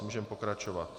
Můžeme pokračovat.